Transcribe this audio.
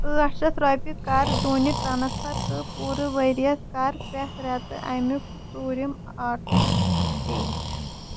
ٲٹھ شَتھ رۄپیہِ کَر زوٗنہِ ٹرٛانَسفَر تہٕ پوٗرٕ ؤرِیَس کَر پرٛٮ۪تھ رٮ۪تہٕ اَمیُک ژوٗرِم آٹوٗ پے